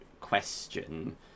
question